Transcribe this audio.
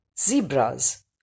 zebras